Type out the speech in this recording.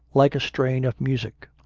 like a strain of music.